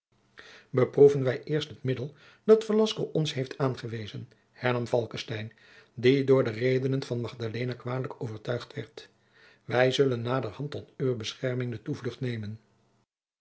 beproeven wij eerst het middel dat velasco ons heeft aangewezen hernam falckestein die door de redenen van magdalena kwalijk overtuigd werd wij zullen naderhand tot uwe bescherming de toevlucht nemen